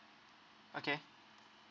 okay